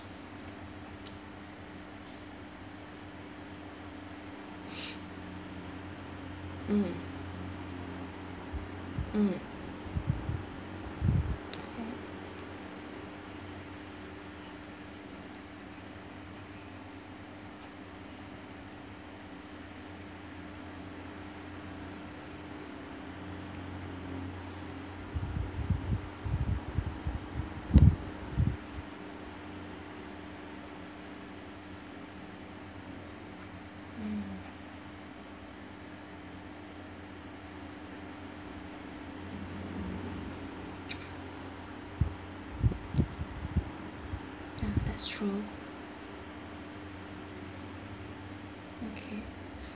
mm mm okay mm ya that's true okay